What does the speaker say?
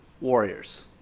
Warriors